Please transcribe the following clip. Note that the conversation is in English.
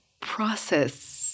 process